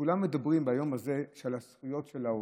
כולם מדברים ביום הזה על הזכויות של עובד,